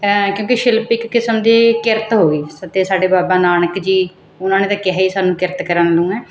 ਕਿਉਂਕਿ ਸ਼ਿਲਪ ਇੱਕ ਕਿਸਮ ਦੀ ਕਿਰਤ ਹੋ ਗਈ ਸੱਤਿਆ ਸਾਡੇ ਬਾਬਾ ਨਾਨਕ ਜੀ ਉਹਨਾਂ ਨੇ ਤਾਂ ਕਿਹਾ ਸਾਨੂੰ ਕਿਰਤ ਕਰਨ ਨੂੰ ਹੈ